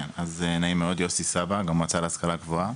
כן, אז נעים מאוד, יוסי סבג, המועצה להשכלה גבוהה.